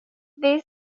this